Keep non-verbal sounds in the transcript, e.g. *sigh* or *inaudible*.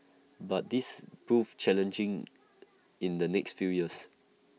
*noise* but this proved challenging in the next few years